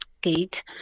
gate